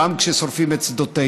גם כשהם שורפים את שדותינו.